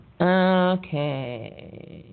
Okay